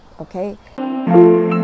okay